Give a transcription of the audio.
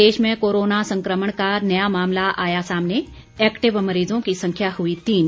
प्रदेश में कोरोना संक्रमण का नया मामला आया सामने एक्टिव मरीजों की संख्या हुई तीन